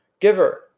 Giver